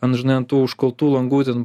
ant žinai ant užkaltų langų ten